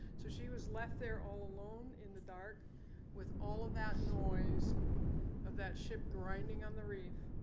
so she was left there all alone in the dark with all of that noise of that ship grinding on the reef.